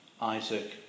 Isaac